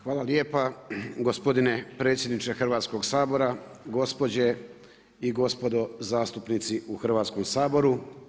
Hvala lijepa gospodine predsjedniče Hrvatskog sabora, gospođe i gospodo zastupnici u Hrvatskom saboru.